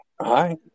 hi